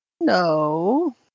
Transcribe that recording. No